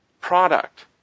product